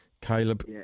Caleb